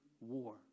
war